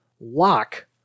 lock